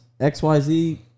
XYZ